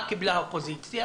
מה קיבלה האופוזיציה?